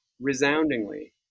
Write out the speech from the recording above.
resoundingly